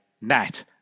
net